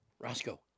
Roscoe